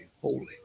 holy